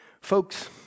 folks